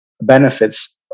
benefits